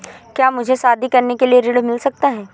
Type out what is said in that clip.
क्या मुझे शादी करने के लिए ऋण मिल सकता है?